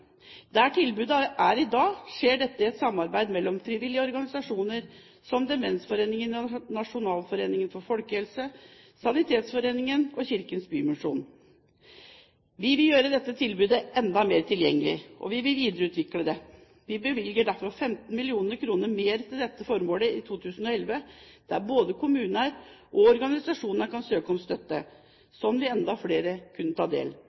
Der tilbudet er i dag, skjer dette i et samarbeid mellom frivillige organisasjoner, som demensforeningene i Nasjonalforeningen for folkehelsen, Norske Kvinners Sanitetsforening og Kirkens Bymisjon. Vi vil gjør dette tilbudet enda mer tilgjengelig, og vi vil videreutvikle det. Vi bevilger derfor 15 mill. kr mer til dette formålet i 2011, der både kommuner og organisasjoner kan søke om støtte. Slik vil enda flere kunne ta del.